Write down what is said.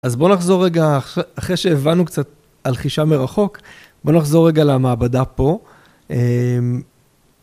אז בואו נחזור רגע, אחרי שהבנו קצת על חישה מרחוק, בואו נחזור רגע למעבדה פה.